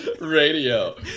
radio